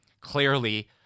clearly